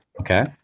okay